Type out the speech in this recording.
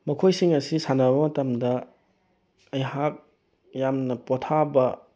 ꯃꯈꯣꯏꯁꯤꯡ ꯑꯁꯤ ꯁꯥꯟꯅꯕ ꯃꯇꯝꯗ ꯑꯩꯍꯥꯛ ꯌꯥꯝꯅ ꯄꯣꯊꯥꯕ